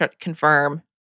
confirm